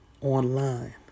online